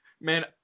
man